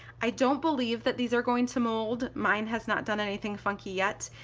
i don't believe that these are going to mold, mine has not done anything funky yet.